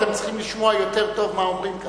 אתם צריכים לשמוע יותר טוב מה אומרים כאן.